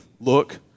look